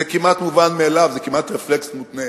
זה כמעט מובן מאליו, זה כמעט רפלקס מותנה.